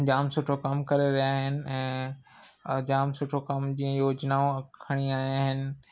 जामु सुठो कमु करे रहिया आहिनि ऐं जामु सुठो कम जी योजनाऊं खणी आया आहिनि